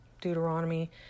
Deuteronomy